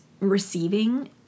receiving